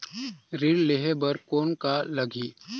ऋण लेहे बर कौन का लगही?